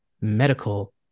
medical